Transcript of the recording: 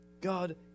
God